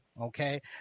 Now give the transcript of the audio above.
okay